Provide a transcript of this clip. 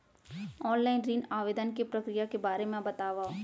Online ऋण आवेदन के प्रक्रिया के बारे म बतावव?